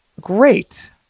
great